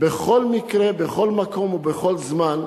בכל מקרה, בכל מקום ובכל זמן,